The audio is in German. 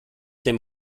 dem